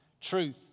truth